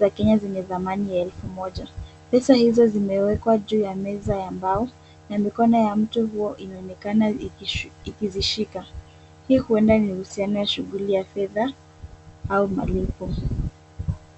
za Kenya zenye thamani ya elfu moja. Pesa hizo zimewekwa juu ya meza ya mbao na mikono ya mtu huyo inaonekana ikizishika. Hii huenda ni uhusiano wa shughuli ya fedha au malipo.